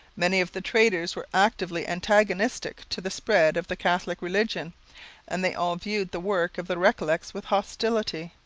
many of the traders were actively antagonistic to the spread of the catholic religion and they all viewed the work of the recollets with hostility.